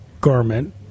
garment